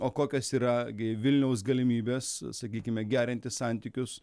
o kokios yra gi vilniaus galimybės sakykime gerinti santykius